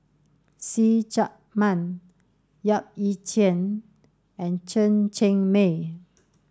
See Chak Mun Yap Ee Chian and Chen Cheng Mei